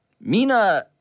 Mina